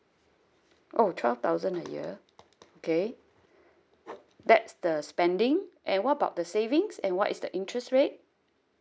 oh twelve thousand a year okay that's the spending and what about the savings and what is the interest rate